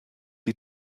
die